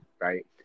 right